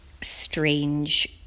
strange